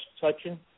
touching